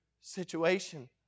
situation